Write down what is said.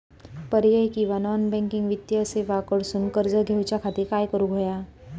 पर्यायी किंवा non banking वित्तीय सेवा कडसून कर्ज घेऊच्या खाती काय करुक होया?